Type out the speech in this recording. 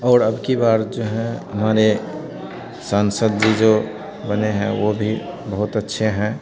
और अब की बार जो हैं हमारे सांसद जी जो बने हैं वह भी बहुत अच्छे हैं